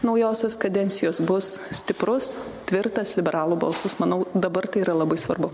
naujosios kadencijos bus stiprus tvirtas liberalų balsas manau dabar tai yra labai svarbu